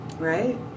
Right